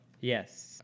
Yes